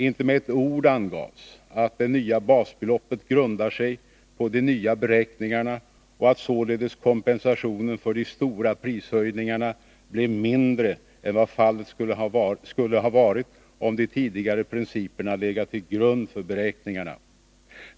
Inte med ett ord angavs att det nya basbeloppet grundar sig på de nya beräkningarna och att således kompensationen för de stora prishöjningarna blev mindre än vad fallet skulle ha varit om de tidigare principerna legat till grund för beräkningarna.